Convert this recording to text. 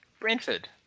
Brentford